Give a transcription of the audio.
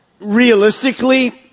realistically